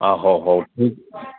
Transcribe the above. ଅ ହଉ ହଉ ଠିକ୍